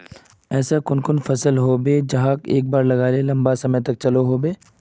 ऐसा कुन कुन फसल होचे जहाक एक बार लगाले लंबा समय तक चलो होबे?